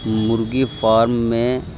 مرغی فارم میں